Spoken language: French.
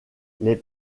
les